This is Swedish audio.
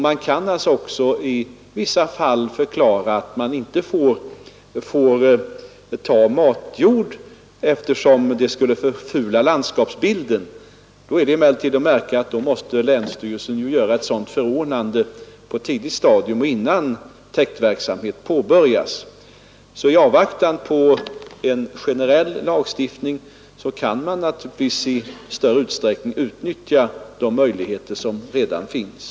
Man kan då i vissa fall också förklara att matjord inte får tas eftersom landskapsbilden skulle förfulas. Då måste emellertid länsstyrelsen göra ett sådant förordnande på ett tidigt stadium, innan täktverksamhet påbörjas. I avvaktan på en generell lagstiftning kan man alltså i större utsträckning utnyttja de möjligheter som redan finns.